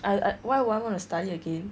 I will I want to study again